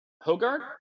Hogarth